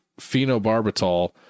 phenobarbital